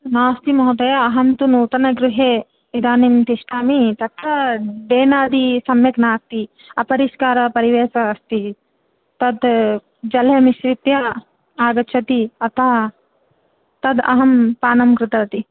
नास्ति महोदय अहं तु नूतनगृहे इदानीं तिष्ठामि तत्र बेनादि सम्यक् नास्ति अपरिष्कारपरिवेशः अस्ति तद् जले मिश्रित्य आगच्छति अतः तद् अहं पानं कृतवती